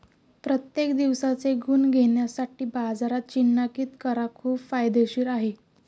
प्रत्येक दिवसाचे गुण घेण्यासाठी बाजारात चिन्हांकित करा खूप फायदेशीर आहे